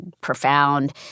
profound